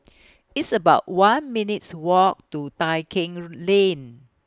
It's about one minutes' Walk to Tai Keng Lane